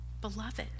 beloved